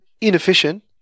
inefficient